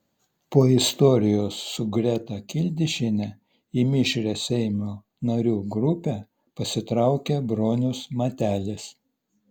po istorijos su greta kildišiene į mišrią seimo narių grupę pasitraukė bronius matelis